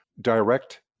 direct